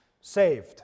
saved